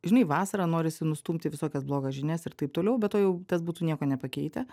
žinai vasarą norisi nustumti visokias blogas žinias ir taip toliau be to jau tas būtų nieko nepakeitę